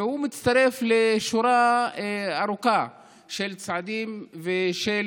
והוא מצטרף לשורה ארוכה של צעדים ושל